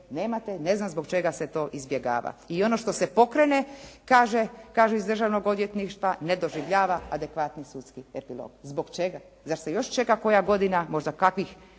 nemate, ne znam zbog čega se to izbjegava. I ono što se pokrene kažu iz državnog odvjetništva ne doživljava adekvatni sudski epilog. Zbog čega? Zar se još čeka koja godina, možda kakvih